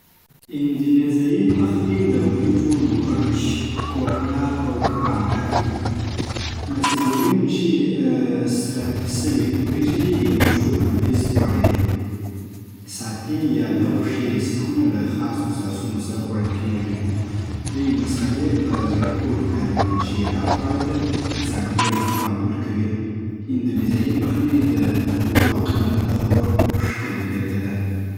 اندونیزیایي پخلی له وریجو، مرچ، کوکنار، او کبانو ډک دی. ناسي ګورینګ چې سره سوي وریجې دي، یو مشهور دودیز خواړه دی. ساتې یا د غوښې سیخونه له خاصو ساسونو سره خوړل کېږي. دوی مصالې په زړه پورې کاروي چې هر خواړه ته ځانګړی خوند ورکوي. اندونیزیایي پخلی د تودو اقلیمونو د خوړو یوه ښکلې بېلګه ده.